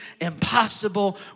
impossible